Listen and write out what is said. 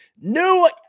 new